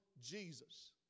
Jesus